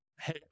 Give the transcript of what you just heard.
hey